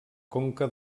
conca